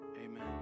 Amen